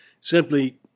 Simply